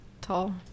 tall